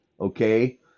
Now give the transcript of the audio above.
okay